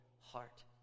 heart